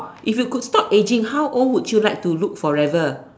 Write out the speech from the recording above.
if you could stop aging how old would you like to look forever